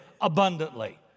abundantly